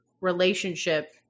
relationship